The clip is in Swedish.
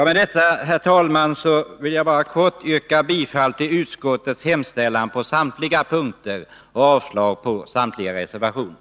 Med detta, herr talman, vill jag yrka bifall till utskottets hemställan på samtliga punkter och avslag på samtliga reservationer.